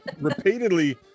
repeatedly